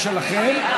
שלכם,